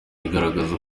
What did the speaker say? igaragaza